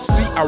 See